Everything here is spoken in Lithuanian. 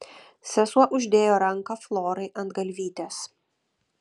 sesuo uždėjo ranką florai ant galvytės